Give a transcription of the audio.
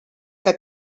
que